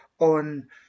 on